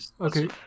okay